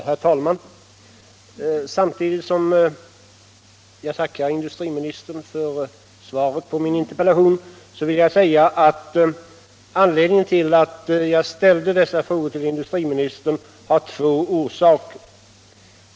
Herr talman! Samtidigt som jag tackar industriministern för svaret på min interpellation vill jag säga att jag ställde dessa frågor till industriministern av två orsaker.